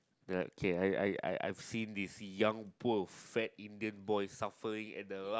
that okay I I I've seen this young poor fat Indian boy suffering at the